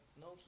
no